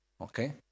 Okay